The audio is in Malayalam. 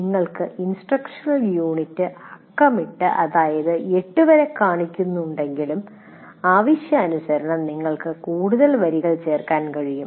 നിങ്ങൾക്ക് ഇൻസ്ട്രക്ഷണൽ യൂണിറ്റ് അക്കമിട്ടു കാണിച്ചിരിക്കുന്നതുപോലെ അത് 8 വരെ കാണിക്കുന്നുണ്ടെങ്കിലും ആവശ്യാനുസരണം നിങ്ങൾക്ക് കൂടുതൽ വരികൾ ചേർക്കാൻ കഴിയും